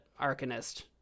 arcanist